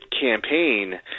campaign